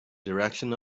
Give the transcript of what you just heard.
direction